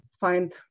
find